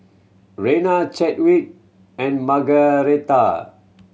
Rena Chadwick and Margaretha